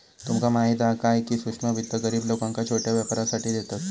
तुमका माहीत हा काय, की सूक्ष्म वित्त गरीब लोकांका छोट्या व्यापारासाठी देतत